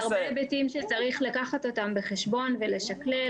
יש כאן הרבה היבטים שצריך לקחת בחשבון ולשכלל,